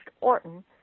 Orton